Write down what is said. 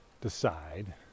decide